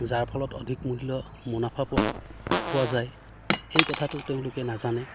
যাৰ ফলত অধিক মূল্য মুনাফা পোৱা যায় সেই কথাটো তেওঁলোকে নাজানে